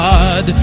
God